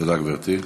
תודה, גברתי.